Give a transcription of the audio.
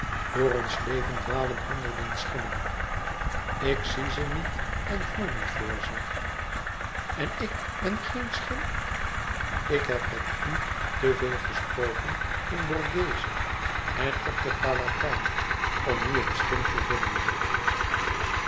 door ons leven dwalen honderde schimmen ik zie ze niet en voel niet voor ze en ik ben geen schim ik heb met u te veel gesproken in borghese en op den palatijn om u een schim te vinden